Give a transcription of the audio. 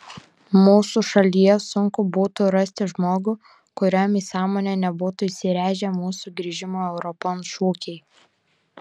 mūsų šalyje sunku būtų rasti žmogų kuriam į sąmonę nebūtų įsirėžę mūsų grįžimo europon šūkiai